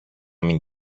μην